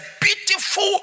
beautiful